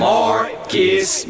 Marcus